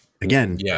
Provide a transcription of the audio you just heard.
Again